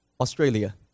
Australia